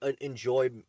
enjoy